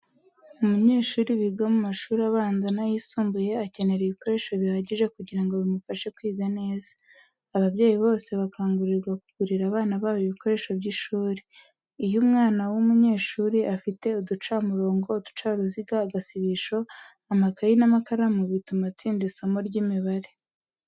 Umunyeshuri wiga mu mashuri abanza n'ayisumbuye akenera ibikoresho bihagije kugira ngo bimufashe kwiga neza. Ababyeyi bose bakangurirwa kugurira abana babo ibikoresdo by'ishuri. Iyo umwana w'umunyeshuri afite uducamurongo, uducaruziga, agasibisho, amakayi n'amakaramu bituma atsinda isomo ry'imibare.